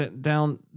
down